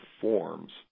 forms